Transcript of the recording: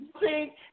See